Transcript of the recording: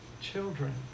children